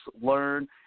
learn